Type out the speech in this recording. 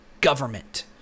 government